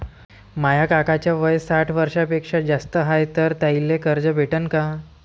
माया काकाच वय साठ वर्षांपेक्षा जास्त हाय तर त्याइले कर्ज भेटन का?